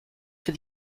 for